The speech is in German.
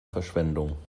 verschwendung